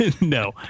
No